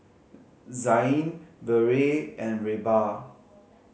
Zain Vere and Reba